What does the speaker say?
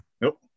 Nope